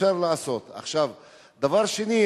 דבר שני,